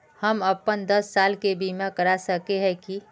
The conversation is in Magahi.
हम अपन दस साल के बीमा करा सके है की?